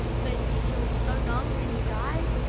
but if you're so young and you die,